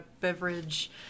beverage